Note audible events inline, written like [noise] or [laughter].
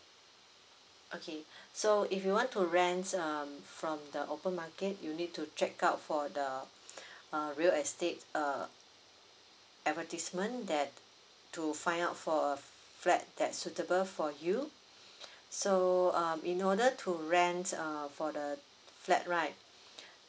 okay [breath] so if you want to rents um from the open market you need to check out for the [breath] uh real estate uh advertisement that to find out for uh flat that's suitable for you [breath] so um in order to rents uh for the flat right [breath]